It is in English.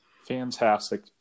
Fantastic